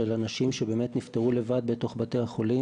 של אנשים שבאמת נפטרו לבד בתוך בתי החולים,